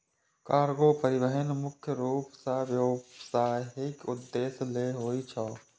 cargo परिवहन मुख्य रूप सं व्यावसायिक उद्देश्य लेल होइ छै